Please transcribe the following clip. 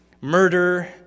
murder